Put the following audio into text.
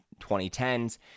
2010s